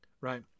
right